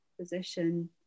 position